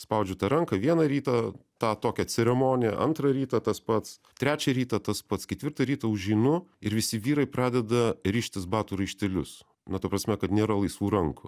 spaudžiu tą ranką vieną rytą tą tokią ceremoniją antrą rytą tas pats trečią rytą tas pats ketvirtą rytą užeinu ir visi vyrai pradeda rištis batų raištelius na ta prasme kad nėra laisvų rankų